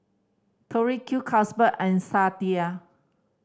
Tori Q Carlsberg and Sadia